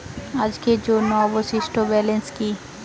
আজকের জন্য অবশিষ্ট ব্যালেন্স কি?